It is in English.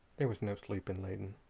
there was no sleep in leyden,